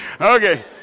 Okay